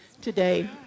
today